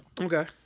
Okay